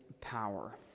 power